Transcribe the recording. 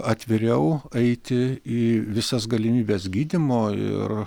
atviriau eiti į visas galimybes gydymo ir